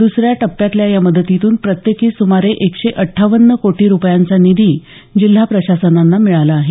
दुसऱ्या टप्प्यातल्या या मदतीतून प्रत्येकी सुमारे एकशे अट्ठावन्न कोटी रुपयांचा निधी जिल्हा प्रशासनांना मिळाला आहे